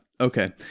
okay